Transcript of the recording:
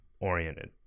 oriented